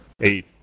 eight